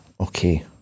okay